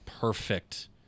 perfect